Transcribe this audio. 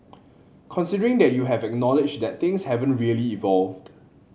considering that you have acknowledg that things haven't really evolved